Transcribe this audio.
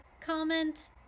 comment